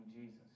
jesus